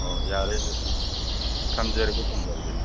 ꯑꯣ ꯌꯥꯔꯦ ꯊꯝꯖꯔꯒꯦ ꯊꯝꯖꯔꯒꯦ